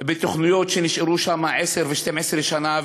בתוכניות שנשארו שם עשר ו-12 שנה,